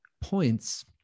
points